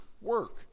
work